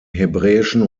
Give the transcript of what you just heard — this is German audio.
hebräischen